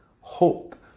hope